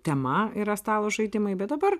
tema yra stalo žaidimai bet dabar